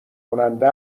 کننده